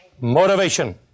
Motivation